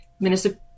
Minister